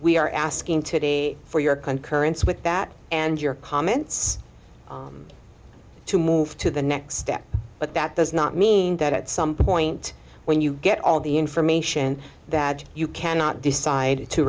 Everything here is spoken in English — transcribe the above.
we are asking today for your concurrence with that and your comments to move to the next step but that does not mean that at some point when you get all the information that you cannot decide to